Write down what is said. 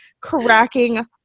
cracking